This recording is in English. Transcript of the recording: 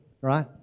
right